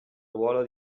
ruolo